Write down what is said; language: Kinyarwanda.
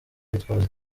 bitwaza